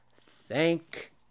Thank